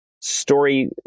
story